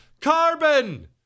Carbon